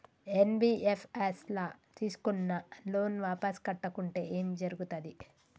NBFS ల తీస్కున్న loan వాపస్ కట్టకుంటే ఏం జర్గుతది?